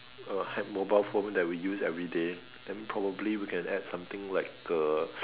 uh had mobile phone that we use everyday then probably we can add something like the